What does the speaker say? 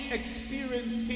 experience